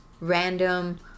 random